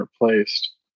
replaced